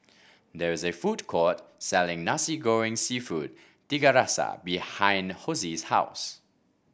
there is a food court selling Nasi Goreng seafood Tiga Rasa behind Hosie's house